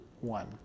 one